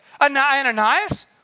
Ananias